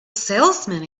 salesman